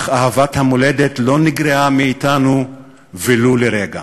אך אהבת המולדת לא נגרעה מאתנו ולו לרגע.